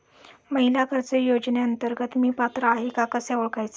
महिला कर्ज योजनेअंतर्गत मी पात्र आहे का कसे ओळखायचे?